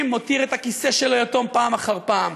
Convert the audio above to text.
מותיר את הכיסא שלו יתום פעם אחר פעם,